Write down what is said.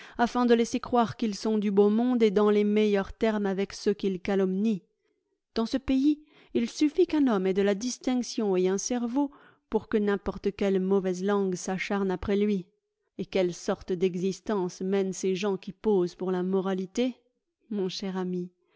afin de laisser croire qu'ils sont du beau monde et dans les meilleurs termes avec ceux qu'ils calomnient dans ce pays il suffit qu'un homme ait de la distinction et un cerveau pour que n'importe quelle mauvaise langue s'acharne après lui et quelle sorte d'existence mènent ces gens qui posent pour la moralité mon cher ami